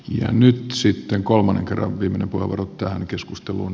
ja nyt sitten kolmannen kerran viimeinen puheenvuoro tähän keskusteluun